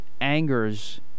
angers